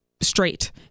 straight